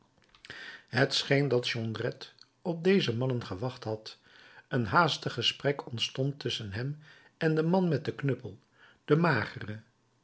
het scheen dat jondrette op deze mannen gewacht had een haastig gesprek ontstond tusschen hem en den man met den knuppel den magere